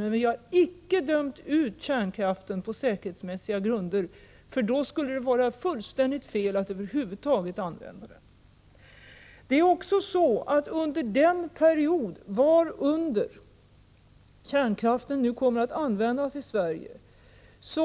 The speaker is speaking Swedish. Men vi har icke dömt ut kärnkraften på säkerhetsmässiga grunder, för då skulle det vara fullständigt fel att över huvud taget använda den. Under den period kärnkraften nu kommer att användas i Sverige